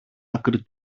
άκρη